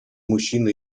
мужчины